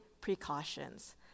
precautions